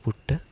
puttu